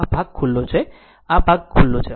જો આ ભાગ ખુલ્લો છે તો આ ભાગ ખુલ્લો છે